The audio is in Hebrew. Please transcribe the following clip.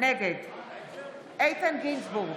נגד איתן גינזבורג,